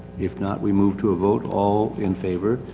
if not, we move to a vote. all in favor,